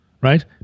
Right